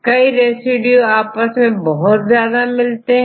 कई रेसिड्यू आपस में बहुत ज्यादा मिलते हैं